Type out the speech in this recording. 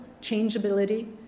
changeability